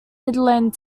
midland